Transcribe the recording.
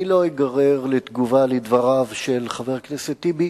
אני לא אגרר לתגובה על דבריו של חבר הכנסת טיבי,